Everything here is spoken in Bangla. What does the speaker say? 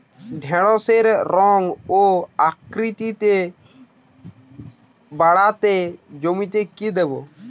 ঢেঁড়সের রং ও আকৃতিতে বাড়াতে জমিতে কি দেবো?